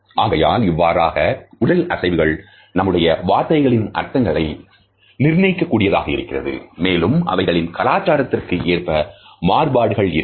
ஆகையால் இவ்வாறாக உடல் அசைவுகள் நம்முடைய வார்த்தைகளின் அர்த்தத்தை நிர்ணயிக்கக் கூடியதாக இருக்கிறது மேலும் அவைகளில் கலாச்சாரத்திற்கு ஏற்ப மாறுபாடுகள் இருக்கும்